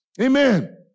Amen